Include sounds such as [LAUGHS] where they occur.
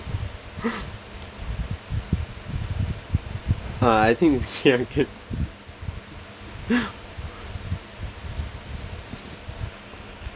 [LAUGHS] think it's here again [LAUGHS]